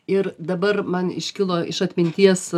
ir dabar man iškilo iš atminties